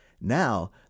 now